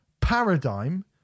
Paradigm